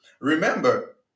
Remember